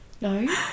no